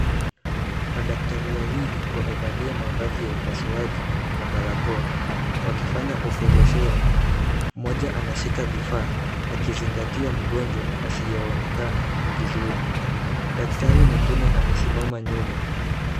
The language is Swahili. Madaktari wawili wamevalia mavazi ya upasuaji na barakoa wakifanya operesheni. Mmoja anashika vifaa akizingatia mgonjwa asiyeonekana vizuri. Daktari mwingine amesimama nyuma.